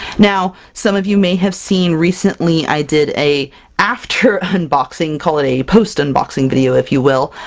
now some of you may have seen, recently i did a after-unboxing, call it a post-unboxing video, if you will,